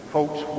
Folks